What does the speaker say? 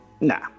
Nah